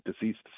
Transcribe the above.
deceased